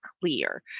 CLEAR